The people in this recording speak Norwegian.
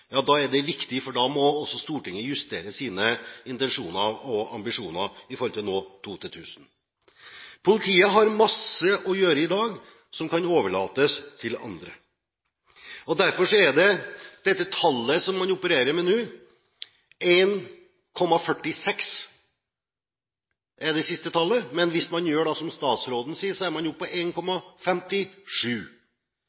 er det viktig. Da må Stortinget justere sine intensjoner og ambisjoner når det gjelder å nå to til 1 000. Politiet gjør mye i dag som kan overlates til andre. Derfor er det tallet som man opererer med nå, det siste tallet, 1,46. Hvis man gjør som statsråden sier, er man oppe på 1,57. Uansett hvilket tall man legger til grunn, er det altså riktig som interpellanten peker på – man er på